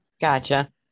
Gotcha